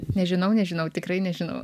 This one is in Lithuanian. nežinau nežinau tikrai nežinau